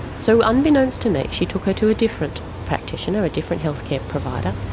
so unbeknownst to me she took her to a different practitioner, a different healthcare provider,